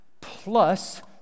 plus